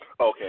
Okay